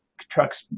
trucks